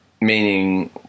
Meaning